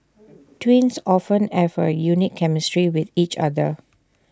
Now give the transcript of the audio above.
twins often have A unique chemistry with each other